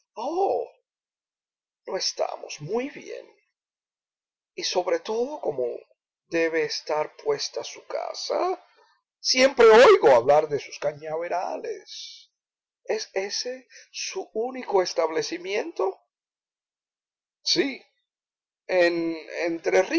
no estamos muy bien y sobre todo como debe estar puesta su casa siempre oigo hablar de sus cañaverales es ese su único establecimiento sí en entre